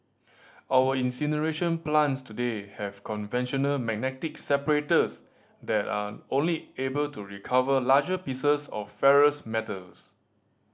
our incineration plants today have conventional magnetic separators that are only able to recover larger pieces of ferrous metals